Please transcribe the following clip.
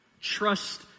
Trust